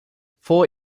four